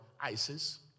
ISIS